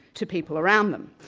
to people around them.